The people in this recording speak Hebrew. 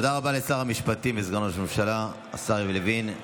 תודה רבה לשר המשפטים וסגן ראש הממשלה השר יריב לוין.